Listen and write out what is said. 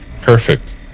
Perfect